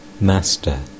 Master